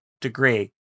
degree